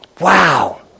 Wow